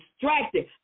distracted